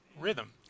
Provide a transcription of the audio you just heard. rhythm